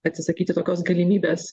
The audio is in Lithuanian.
atsisakyti tokios galimybės